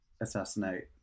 assassinate